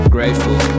Grateful